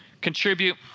contribute